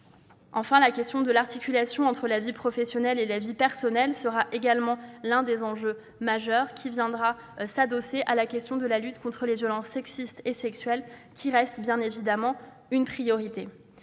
Enfin, la question de l'articulation entre la vie professionnelle et la vie personnelle, autre enjeu majeur, viendra s'adosser à la question de la lutte contre les violences sexistes et sexuelles qui reste bien évidemment une priorité.